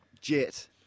Jet